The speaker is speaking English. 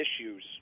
issues